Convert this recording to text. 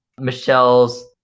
Michelle's